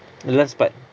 last part